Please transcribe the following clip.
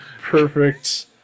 perfect